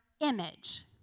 image